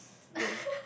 don't